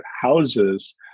houses